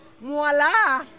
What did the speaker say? Voila